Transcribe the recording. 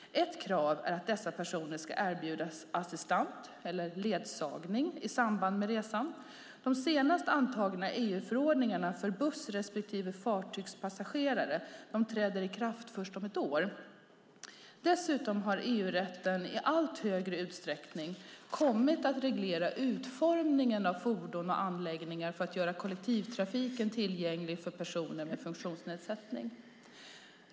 Ett krav är att dessa personer ska erbjudas assistans eller ledsagning i samband med resan. De senast antagna EU-förordningarna - för buss respektive fartygspassagerare - träder i kraft först om ett år. Dessutom har EU-rätten i allt större utsträckning kommit att reglera utformningen av fordon och anläggningar för att göra kollektivtrafiken tillgänglig för personer med funktionsnedsättning.